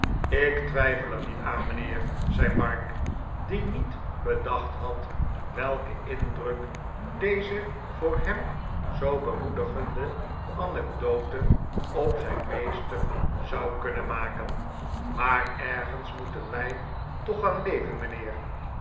ik twijfel er niet aan mijnheer zei mark die niet bedacht had welken indruk deze voor hem zoo bemoedigende anecdote op zijn meester zou kunnen maken maar ergens moeten wij toch gaan leven mijnheer